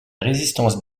résistance